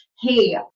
Hey